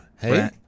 Hey